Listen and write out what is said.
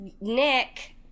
Nick